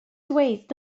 dweud